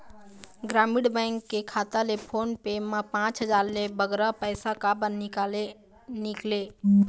ग्रामीण बैंक के खाता ले फोन पे मा पांच हजार ले बगरा पैसा काबर निकाले निकले?